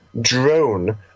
drone